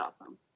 awesome